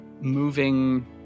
moving